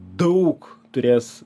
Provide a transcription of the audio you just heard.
daug turės